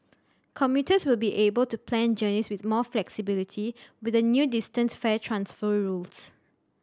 commuters will be able to plan journeys with more flexibility with the new distance fare transfer rules